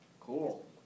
Cool